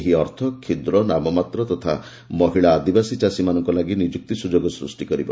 ଏହି ଅର୍ଥ କ୍ଷୁଦ୍ର ନାମମାତ୍ର ତଥା ମହିଳା ଆଦିବାସୀ ଚାଷୀମାନଙ୍କ ଲାଗି ନିଯୁକ୍ତି ସୁଯୋଗ ସୃଷ୍ଟି କରିବ